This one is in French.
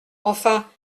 enfin